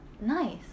nice